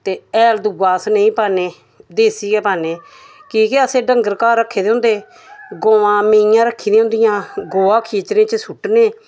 ते हैल दूआ अस नेईं पान्ने देसी गै पान्ने की के असें डंगर घर रक्खे दे होंदे गवां मेहियां रक्खी दियां होंदियां गोहा खेत्तरें च सुट्टने